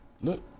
look